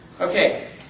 Okay